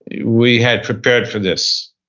we had prepared for this.